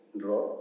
draw